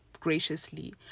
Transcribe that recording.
graciously